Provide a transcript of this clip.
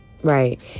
Right